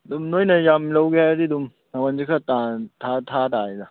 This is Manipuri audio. ꯑꯗꯨꯝ ꯅꯣꯏꯅ ꯌꯥꯝ ꯂꯧꯒꯦ ꯍꯥꯏꯔꯗꯤ ꯑꯗꯨꯝ ꯃꯃꯟꯁꯦ ꯈꯔ ꯇꯥꯅ ꯊꯥ ꯇꯥꯔꯦꯗ